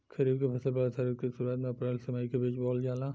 खरीफ के फसल वर्षा ऋतु के शुरुआत में अप्रैल से मई के बीच बोअल जाला